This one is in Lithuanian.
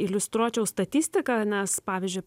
iliustruočiau statistiką nes pavyzdžiui